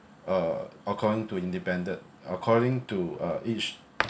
uh according to independent according to uh each